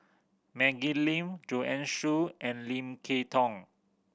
Maggie Lim Joanne Soo and Lim Kay Tong